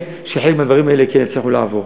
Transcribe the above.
שחלק מהדברים האלה כן יצליחו לעבור.